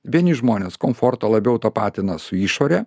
vieni žmonės komfortą labiau tapatina su išore